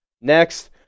Next